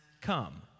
come